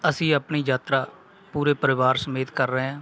ਅਸੀਂ ਆਪਣੀ ਯਾਤਰਾ ਪੂਰੇ ਪਰਿਵਾਰ ਸਮੇਤ ਕਰ ਰਹੇ ਹਾਂ